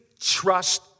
trust